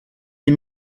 les